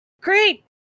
great